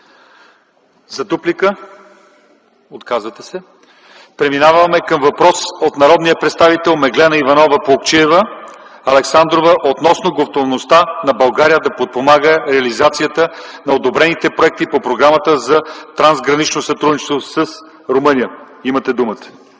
: Дуплика? – Отказвате се. Преминаваме към въпрос от народния представител Меглена Иванова Плугчиева-Александрова относно готовността на България да подпомага реализацията на одобрените проекти по Програмата за трансгранично сътрудничество с Румъния. Имате думата.